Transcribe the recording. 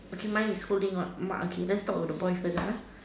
okay mine is holding on ma okay let's talk about the boy first ah